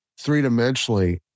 three-dimensionally